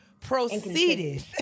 proceeded